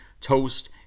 toast